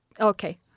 Okay